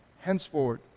Henceforward